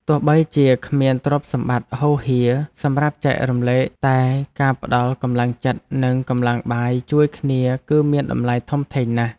ទោះបីជាគ្មានទ្រព្យសម្បត្តិហូរហៀរសម្រាប់ចែកទានតែការផ្តល់កម្លាំងចិត្តនិងកម្លាំងបាយជួយគ្នាគឺមានតម្លៃធំធេងណាស់។